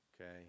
Okay